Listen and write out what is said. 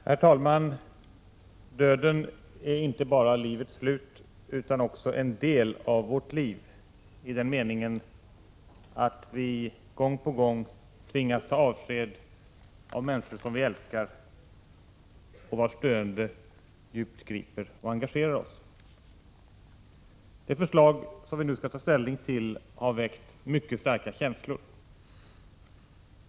Herr talman! Döden är inte bara livets slut, utan också en del av vårt liv, i den meningen att vi gång på gång tvingas ta avsked av människor som vi 17 älskar och vars döende djupt griper och engagerar oss. Det förslag som vi nu skall ta ställning till har väckt mycket starka känslor.